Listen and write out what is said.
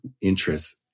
interests